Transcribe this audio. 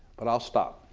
but i'll stop.